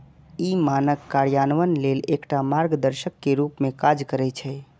ई मानक कार्यान्वयन लेल एकटा मार्गदर्शक के रूप मे काज करै छै